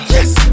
Yes